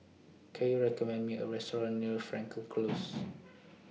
Can YOU recommend Me A Restaurant near Frankel Close